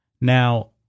Now